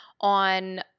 on